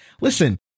Listen